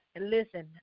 listen